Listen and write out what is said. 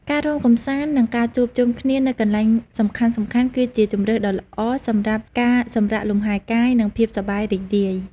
ការរាំកម្សាន្ត និងការជួបជុំគ្នានៅកន្លែងសំខាន់ៗ គឺជាជម្រើសដ៏ល្អសម្រាប់ការសម្រាកលំហែកាយ និងភាពសប្បាយរីករាយ។